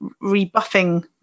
rebuffing